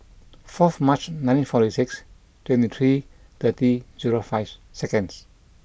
fourth March nineteen forty six twenty three thirty zero five seconds